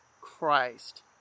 Christ